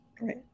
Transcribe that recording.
Right